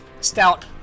stout